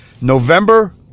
November